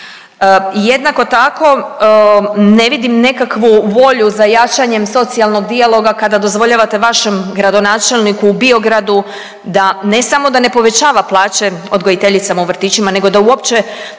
jednako tako ne vidim nekakvu volju za jačanjem socijalnog dijaloga kada dozvoljavate vašem gradonačelniku u Biogradu da, ne samo da ne povećava plaće odgojiteljicama u vrtićima, nego da uopće